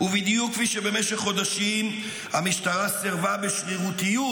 ובדיוק כפי שבמשך חודשים המשטרה סירבה בשרירותיות